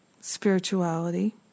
spirituality